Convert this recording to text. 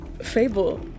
Fable